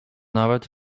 nawet